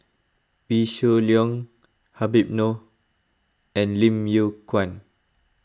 Wee Shoo Leong Habib Noh and Lim Yew Kuan